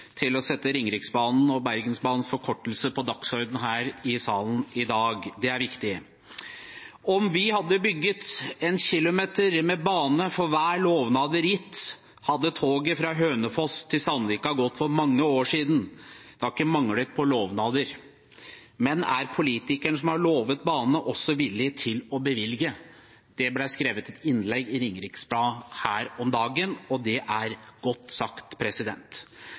til å sette Ringeriksbanen og Bergensbanens forkortelse på dagsordenen her i salen i dag. Det er viktig. «Om vi hadde bygget en kilometer med bane for hver lovnad gitt, hadde toget fra Hønefoss til Sandvika gått for mange år siden. Det har altså ikke manglet på løftene. Men er politikerne som har lovet banen, også villige til å bevilge?» Dette ble skrevet i et innlegg i Ringerikes Blad her om dagen, og det var godt